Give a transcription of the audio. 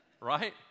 Right